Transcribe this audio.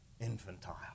infantile